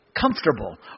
comfortable